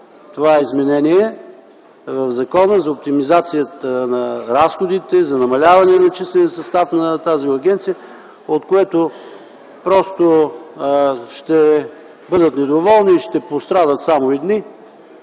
това изменение в закона за оптимизацията на разходите, за намаляване числения състав на тази агенция, от което просто ще бъдат недоволни и ще пострадат само едни